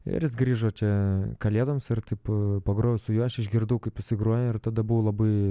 ir jis grįžo čia kalėdoms ir taip pagrojau su juo aš išgirdau kaip jisai groja ir tada buvau labai